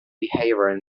behaviour